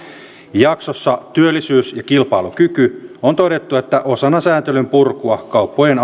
jaksossa työllisyys ja kilpailukyky on todettu että osana sääntelyn purkua kauppojen